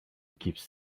keeps